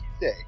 day